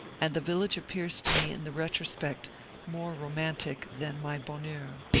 and the village appears to me in the retrospect more romantic than my bonheur.